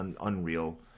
unreal